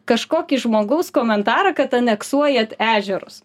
kažkokį žmogaus komentarą kad aneksuojant ežerus